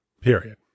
Period